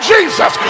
Jesus